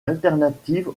alternative